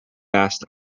fast